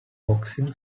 boxing